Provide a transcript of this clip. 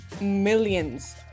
millions